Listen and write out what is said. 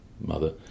mother